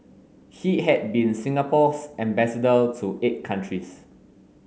he had been Singapore's ambassador to eight countries